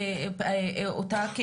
דווקא העדיפו להתחסן במקומות שהם אינם בלב